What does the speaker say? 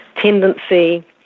tendency